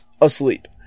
asleep